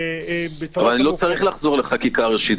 -- אני לא צריך לחזור לחקיקה ראשית.